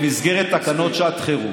עד היום הממשלה עבדה במסגרת תקנות שעת חירום,